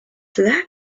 that